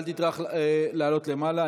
אל תטרח לעלות למעלה.